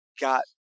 got